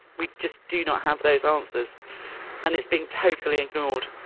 we just do not have those answers and it's being totally ignored.